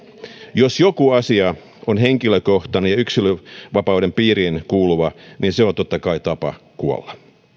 jos joku asia on henkilökohtainen ja yksilönvapauden piiriin kuuluva niin se on totta kai tapa kuolla